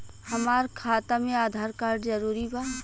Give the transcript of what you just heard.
हमार खाता में आधार कार्ड जरूरी बा?